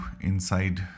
inside